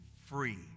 free